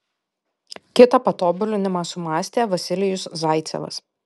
kitą patobulinimą sumąstė vasilijus zaicevas